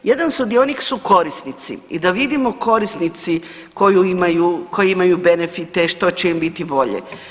Jedan sudionik su korisnici i da vidimo korisnici koji imaju benefite što će im biti bolje.